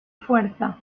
fuerza